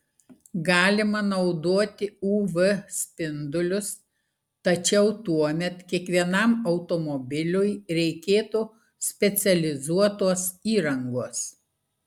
galima naudoti uv spindulius tačiau tuomet kiekvienam automobiliui reikėtų specializuotos įrangos